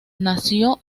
nació